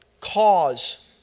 cause